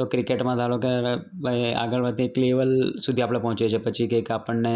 તો ક્રિકેટમાં ધારો કે ભાઈ આગળ વધે એક લેવલ સુધી આપણે પહોંચીએ છીએ પછી કંઈક આપણને